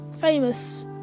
famous